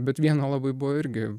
bet vieno labai buvo irgi